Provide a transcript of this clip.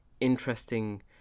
interesting